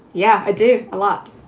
yeah. i do a lot.